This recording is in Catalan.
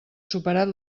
superat